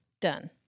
Done